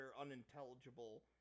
unintelligible